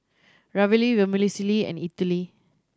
Ravioli Vermicelli and Idili